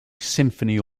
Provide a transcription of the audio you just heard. symphony